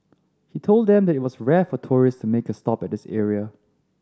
he told them that it was rare for tourists to make a stop at this area